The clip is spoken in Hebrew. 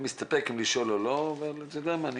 מסתפק אם לשאול או לא, אתה יודע מה?